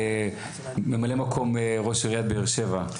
ממלא מקום ראש עיריית באר שבע,